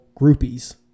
groupies